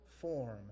form